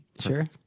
Sure